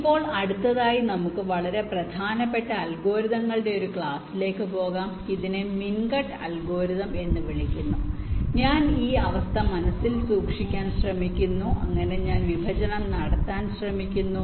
ഇപ്പോൾ അടുത്തതായി നമുക്ക് വളരെ പ്രധാനപ്പെട്ട അൽഗോരിതങ്ങളുടെ ഒരു ക്ലാസ്സിലേക്ക് പോകാം ഇതിനെ മിൻ കട്ട് അൽഗോരിതം എന്ന് വിളിക്കുന്നു ഞാൻ ഈ അവസ്ഥ മനസ്സിൽ സൂക്ഷിക്കാൻ ശ്രമിക്കുന്നു അങ്ങനെ ഞാൻ വിഭജനം നടത്താൻ ശ്രമിക്കുന്നു